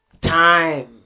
time